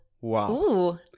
wow